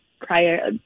prior